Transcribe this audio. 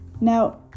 Now